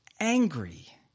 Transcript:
angry